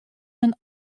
men